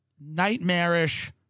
nightmarish